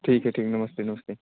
ठीक है ठीक नमस्ते नमस्ते